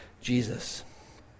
Jesus